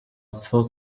apfa